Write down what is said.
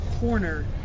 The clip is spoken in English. corner